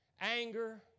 Anger